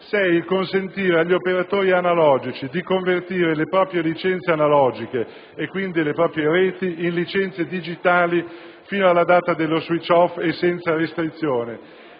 il consentire agli operatori analogici di convertire le proprie licenze analogiche (e quindi le proprie reti) in licenze digitali fino alla data dello *switch off* e senza restrizioni;